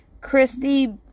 Christy